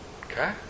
Okay